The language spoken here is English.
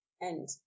And-